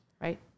right